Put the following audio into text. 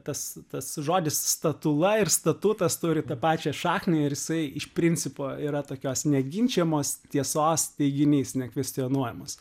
tas tas žodis statula ir statutas turi tą pačią šaknį ir jisai iš principo yra tokios neginčijamos tiesos teiginys nekvestionuojamas